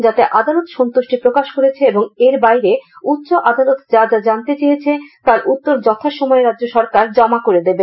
যাতে আদালত সন্তুষ্টি প্রকাশ করেছে এবং এর বাইরে উচ্চ আদালত যা যা জানতে চেয়েছে তার উত্তর যথাসময়ে রাজ্য সরকার জমা করে দেবে